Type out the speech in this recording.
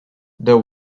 the